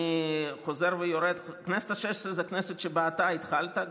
אני חוזר ויורד: הכנסת השש-עשרה זאת הכנסת שבה אתה התחלת,